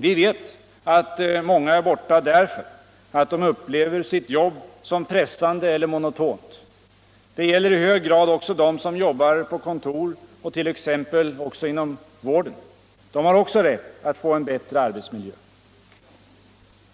Vi vet att många är borta därför att de upplever sitt jobb som pressande eller monotont. Det gäller i hög grad också dem som jobbar på kontor och 1. ex. inom vården. De har också rätt alt få en bättre arbetsmiljö.